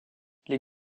les